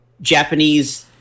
Japanese-